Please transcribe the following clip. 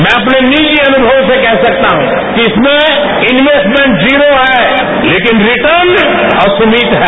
मैं अपने निजी अनुभव से कह सकता हूं कि इसमें इन्वेस्टमेंट जीरो है लेकिन रिटर्न असीमित है